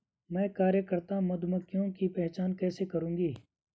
मैं कार्यकर्ता मधुमक्खियों की पहचान कैसे करूंगी?